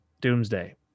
doomsday